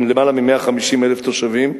עם למעלה מ-150,000 תושבים.